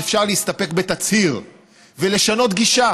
ואפשר להסתפק בתצהיר ולשנות גישה.